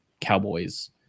cowboys